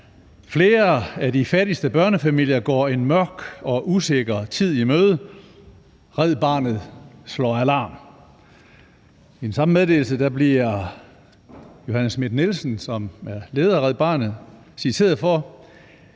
»Flere af de fattigste børnefamilier går en mørk og usikker tid i møde ... Red Barnet slår alarm«. I den samme meddelelse bliver Johanne Schmidt-Nielsen, som er leder af Red Barnet, citeret for